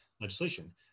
legislation